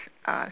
uh